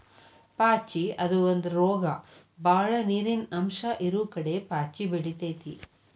ಪಾಚಿ ಅದು ಒಂದ ರೋಗ ಬಾಳ ನೇರಿನ ಅಂಶ ಇರುಕಡೆ ಪಾಚಿ ಬೆಳಿತೆತಿ